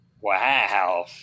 wow